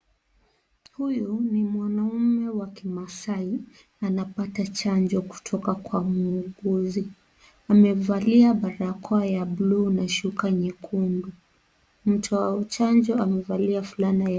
Huyu ni mwanaume wa kimasai anapata chanjo kutoka kwa muuguzi. Amevalia barakoa ya buluu na shuka nyekundu. Mtoa chanjo amevalia fulana ya.